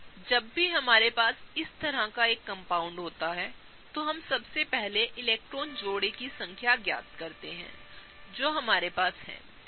जब भी हमारे पास इस तरह का एक कंपाउंड होता है तो हम सबसे पहले इलेक्ट्रॉन जोड़े की संख्या ज्ञात करते हैं जो हमारे पास हैं